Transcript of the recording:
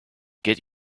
get